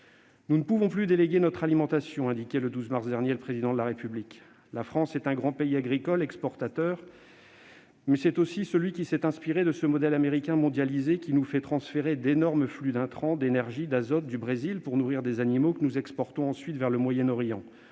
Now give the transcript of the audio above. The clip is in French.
« Nous ne pouvons plus déléguer notre alimentation », indiquait le 12 mars dernier le Président de la République. La France est un grand pays agricole exportateur, mais elle est aussi un pays qui s'est inspiré du modèle américain mondialisé. Or ce modèle nous fait transférer d'énormes flux d'intrants, d'énergie ou d'azote du Brésil, pour nourrir des animaux que nous exportons ensuite vers le Moyen-Orient,